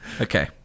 okay